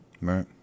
right